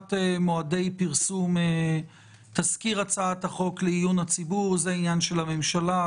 סוגיית מועדי פרסום תזכיר הצעת החוק לעיון הציבור היא עניין של הממשלה,